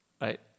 right